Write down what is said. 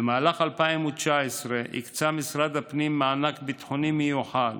במהלך 2019 הקצה משרד הפנים מענק ביטחוני מיוחד